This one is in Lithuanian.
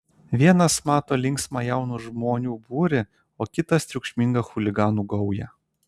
vienas mato linksmą jaunų žmonių būrį o kitas triukšmingą chuliganų gaują